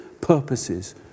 purposes